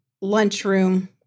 lunchroom